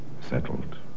Settled